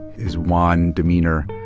his wan demeanor.